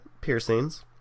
piercings